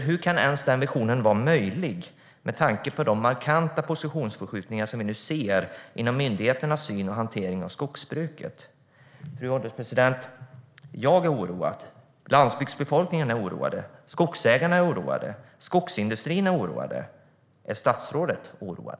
Hur kan den visionen ens vara möjlig med tanke på de markanta positionsförskjutningar vi nu ser inom myndigheternas syn på och hantering av skogsbruket? Fru ålderspresident! Jag är oroad, landsbygdsbefolkningen är oroad, skogsägarna är oroade och skogsindustrin är oroad. Är statsrådet oroad?